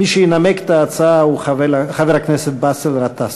מי שינמק את ההצעה הוא חבר הכנסת באסל גטאס.